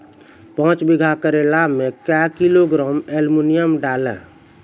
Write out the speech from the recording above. पाँच बीघा करेला मे क्या किलोग्राम एलमुनियम डालें?